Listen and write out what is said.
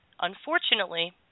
Unfortunately